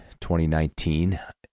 2019